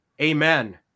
Amen